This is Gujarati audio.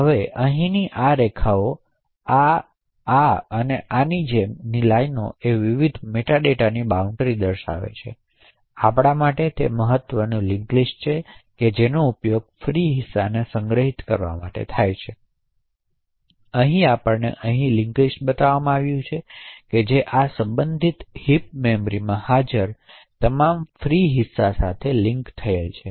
હવે અહીંની રેખાઓ આ આ અને આની જેમ લાઇનો વિવિધ મેટા ડેટા ની બાઉંડરિ દર્શાવે છે તેથી આપણા માટે તે મહત્વની લિંક લિસ્ટ છે જેનો ઉપયોગ ફ્રી હિસ્સાને સંગ્રહિત કરવા માટે થાય છે તેથી અહીં આપણને અહિં લિંક લિસ્ટ બતાવવામાં આવી છે જે આ સંબંધિત હિપ મેમરીમાં હાજર તમામ ફ્રી હિસ્સા સાથે લિન્ક થયેલ છે